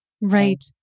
Right